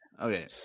Okay